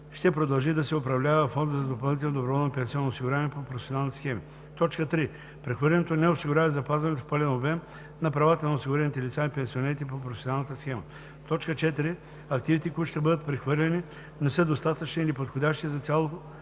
ще продължи да се управлява във фонда за допълнително доброволно пенсионно осигуряване по професионални схеми; 3. прехвърлянето не осигурява запазването в пълен обем на правата на осигурените лица и пенсионерите по професионалната схема; 4. активите, които ще бъдат прехвърлени, не са достатъчни или подходящи за цялостно